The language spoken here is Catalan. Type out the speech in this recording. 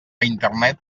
internet